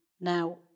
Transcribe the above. Now